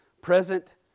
present